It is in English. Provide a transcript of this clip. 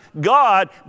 God